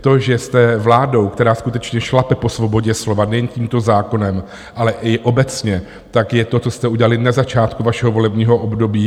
To, že jste vládou, která skutečně šlape po svobodě slova nejen tímto zákonem, ale i obecně, tak je to, co jste udělali na začátku vašeho volebního období.